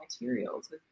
materials